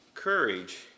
courage